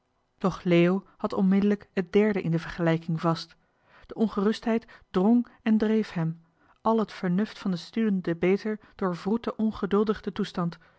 doch leo had onmiddellijk het derde in de vergelijking vast de ongerustheid drong en dreef hem al het vernuft van den student debater doorwroette ongeduldig den toestand